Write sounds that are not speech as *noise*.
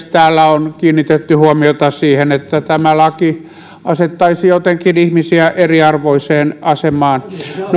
*unintelligible* täällä on kiinnitetty huomiota siihen että tämä laki asettaisi jotenkin ihmisiä eriarvoiseen asemaan